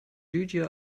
lydia